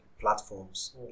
platforms